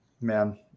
Man